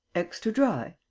extra-dry?